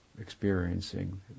experiencing